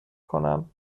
کنم